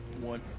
One